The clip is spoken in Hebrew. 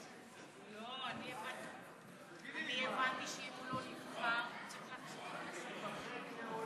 אני הבנתי שאם הוא לא נבחר הוא צריך להחזיר את הכסף.